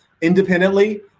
independently